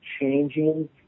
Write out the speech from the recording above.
changing